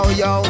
yo